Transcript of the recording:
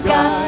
God